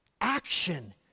action